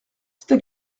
c’est